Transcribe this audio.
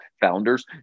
founders